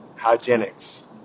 hygienics